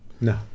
No